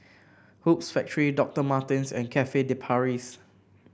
Hoops Factory Doctor Martens and Cafe De Paris